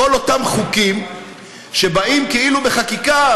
כל אותם חוקים שבאים כאילו בחקיקה,